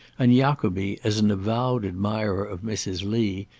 and jacobi, as an avowed admirer of mrs. lee,